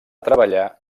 treballar